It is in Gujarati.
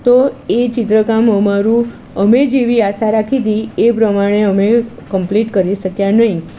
તો એ ચિત્રકામ અમારું અમે જેવી આશા રાખી તી એ પ્રમાણે અમે કમ્પ્લીટ કરી શક્યા નહીં